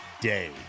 day